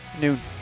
Noon